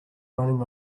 running